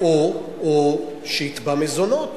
או שיתבע מזונות.